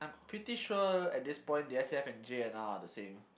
I'm pretty sure at this point the S_A_F and J_N_R are the same